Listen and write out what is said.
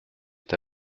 est